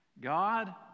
God